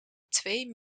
twee